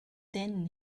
then